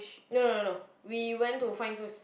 no no no we went to find first